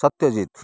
Satyajit